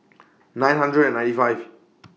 nine hundred and ninety five